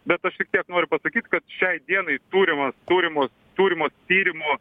bet aš šiek tiek noriu pasakyt kad šiai dienai turimas turimos turimos tyrimų